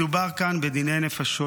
מדובר כאן בדיני נפשות,